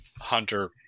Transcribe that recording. Hunter